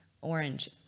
orange